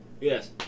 Yes